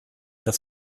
das